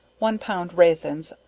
one pound raisins,